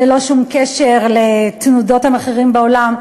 ללא שום קשר לתנודות המחירים בעולם.